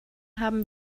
haben